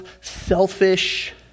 selfish